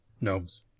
gnomes